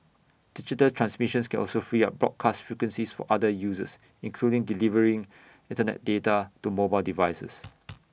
digital transmissions can also free up broadcast frequencies for other uses including delivering Internet data to mobile devices